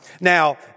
Now